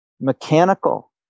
mechanical